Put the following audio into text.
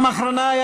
אם זאת פעם אחרונה.